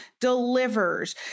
delivers